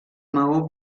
maó